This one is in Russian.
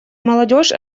молодежь